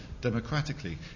democratically